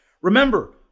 Remember